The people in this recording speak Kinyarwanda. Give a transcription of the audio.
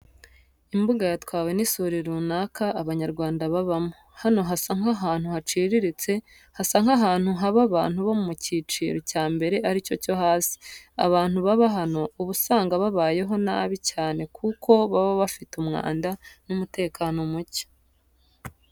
Imbuga yatwawe n'isuri muri karitsiye runaka Abanyarwanda babamo, hano hasa nk'ahantu haciriritse, hasa nk'ahantu haba abantu bo mu cyiciro cya mbere ari cyo cyo hasi. Abantu baba hano uba usanga babayeho nabi cyane kuko baba bafite umwanda n'umutekano muke.